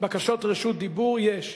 בקשות רשות דיבור יש.